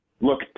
look